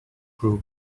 group